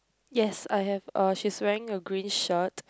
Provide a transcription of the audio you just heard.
yes I have uh she's wearing a green shirt